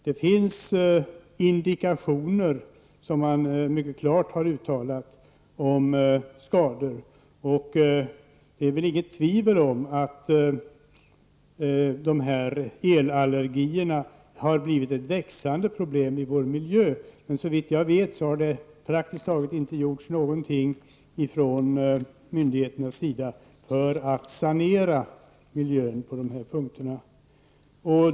Det finns mycket klara indikationer på skador. Det är väl inget tvivel om att elallergierna har blivit ett växande problem i vår miljö, men såvitt jag vet har det praktiskt taget inte gjorts någonting från myndigheterna sida för att sanera miljön på de här punkterna.